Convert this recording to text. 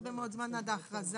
הרבה מאוד זמן עד ההכרזה.